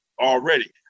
already